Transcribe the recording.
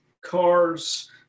cars